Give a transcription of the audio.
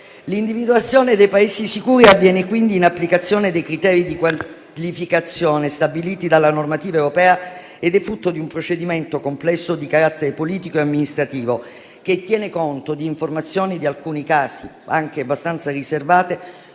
L'individuazione dei Paesi sicuri avviene quindi in applicazione dei criteri di qualificazione stabiliti dalla normativa europea ed è frutto di un procedimento complesso di carattere politico e amministrativo, che tiene conto di informazioni, in alcuni casi anche abbastanza riservate